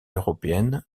européenne